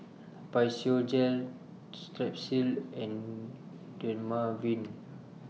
Physiogel Strepsils and Dermaveen